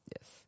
yes